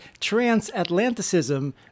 Transatlanticism